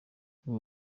uwo